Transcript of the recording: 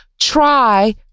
try